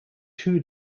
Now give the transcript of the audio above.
two